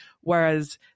Whereas